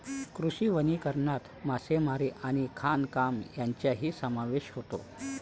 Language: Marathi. कृषी वनीकरणात मासेमारी आणि खाणकाम यांचाही समावेश होतो